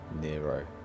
Nero